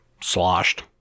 sloshed